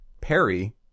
Perry